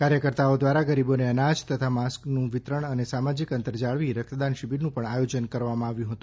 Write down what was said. કાર્યકરતાઓ દ્વારા ગરીબોને અનાજ તથા માસ્કનું વિતરણ અને સામાજીક અંતર જાળવી રક્તદાન શીબીરનું આયોજન કરાયું છે